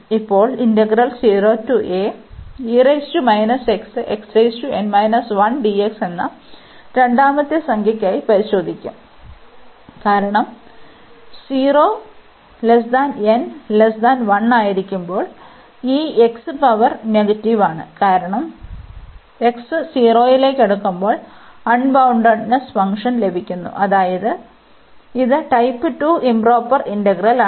ഇപ്പോൾ എന്ന രണ്ടാമത്തെ സംഖ്യയ്ക്കായി പരിശോധിക്കും കാരണം 0 n 1 ആയിരിക്കുമ്പോൾ ഈ x പവർ നെഗറ്റീവ് ആണ് കാരണം x 0 ലേക്ക് അടുക്കുമ്പോൾ അൺബൌൺണ്ടഡ് ഫംഗ്ഷൻ ലഭിക്കുന്നു അതായത് ഇത് ടൈപ്പ് 2 ഇoപ്രോപ്പർ ഇന്റഗ്രലാണ്